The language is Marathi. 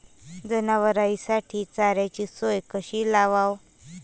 जनावराइसाठी चाऱ्याची सोय कशी लावाव?